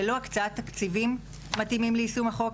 ללא הקצאת תקציבים מתאימים ליישום החוק,